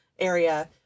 area